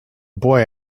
boy